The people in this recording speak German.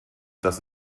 dass